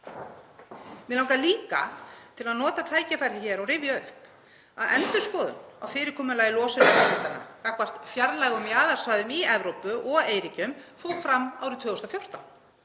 Mig langar líka til að nota tækifærið hér og rifja upp að endurskoðun á fyrirkomulagi losunarheimildanna gagnvart fjarlægum jaðarsvæðum í Evrópu og eyríkjum fór fram árið 2014.